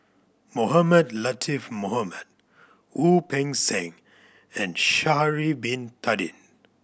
Mohamed Latiff Mohamed Wu Peng Seng and Sha'ari Bin Tadin